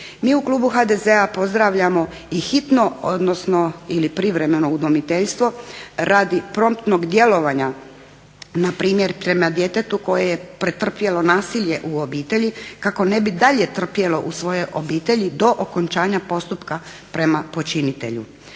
Mi u klubu HDZ-a pozdravljamo i hitno odnosno ili privremeno udomiteljstvo radi promptnog djelovanja na primjer prema djetetu koje je pretrpjelo nasilje u obitelji kako ne bi dalje trpjelo u svojoj obitelji do okončanja postupka prema počinitelju.